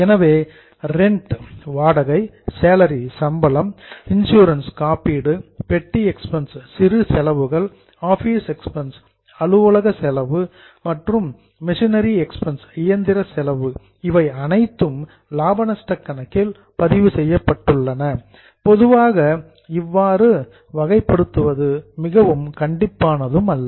எனவே ரெண்ட் வாடகை சேலரி சம்பளம் இன்சூரன்ஸ் காப்பீடு பெட்டி எக்ஸ்பென்ஸ் சிறு செலவுகள் ஆபீஸ் எக்ஸ்பென்ஸ் அலுவலக செலவு மற்றும் மிஷனரி எக்ஸ்பென்ஸ் இயந்திர செலவு இவை அனைத்தும் லாப நஷ்ட கணக்கில் பதிவு செய்யப்பட்டுள்ளன பொதுவாக இவ்வாறு கிளாசிஃபிகேஷன் வகைப்படுத்துவது மிகவும் கண்டிப்பானது அல்ல